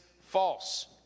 false